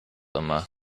immer